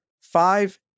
five